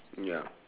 ya